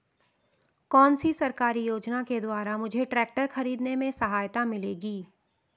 कौनसी सरकारी योजना के द्वारा मुझे ट्रैक्टर खरीदने में सहायता मिलेगी?